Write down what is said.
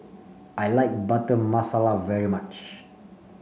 I like Butter Masala very much